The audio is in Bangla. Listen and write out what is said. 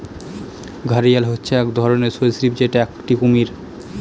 ঘড়িয়াল হচ্ছে এক ধরনের সরীসৃপ যেটা একটি কুমির